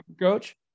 coach